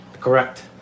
Correct